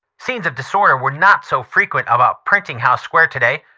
scenes of disorder were not so frequent about printing house square today.